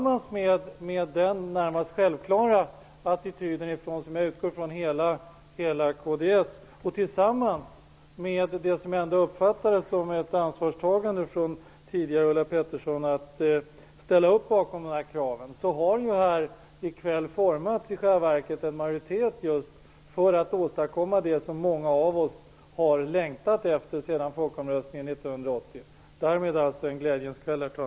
Med den närmast självklara attityden från, som jag utgår från, hela kds tillsammans med det som jag uppfattade som ett ansvarstagande av Ulla Pettersson att ställa upp bakom dessa krav har det här i kväll i själva verket formats en majoritet för att åstadkomma det som många av oss har längtat efter sedan folkomröstningen 1980. Det är därmed en glädjens kväll, herr talman!